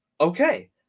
okay